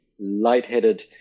lightheaded